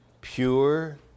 pure